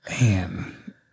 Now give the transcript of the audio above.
Man